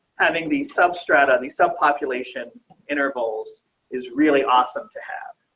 having the so strata. the subpopulation intervals is really awesome to have